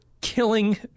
killing